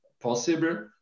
possible